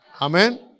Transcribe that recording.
Amen